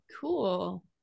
cool